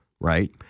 right